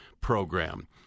program